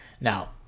Now